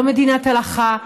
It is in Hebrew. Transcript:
לא מדינת הלכה,